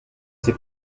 ses